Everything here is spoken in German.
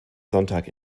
sonntag